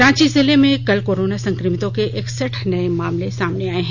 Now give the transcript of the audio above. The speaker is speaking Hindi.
रांची जिले में कल कोरोना संक्रमितों के इकसठ नये मामले सामने आए हैं